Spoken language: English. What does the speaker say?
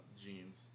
jeans